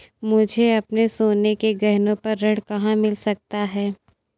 मुझे अपने सोने के गहनों पर ऋण कहाँ मिल सकता है?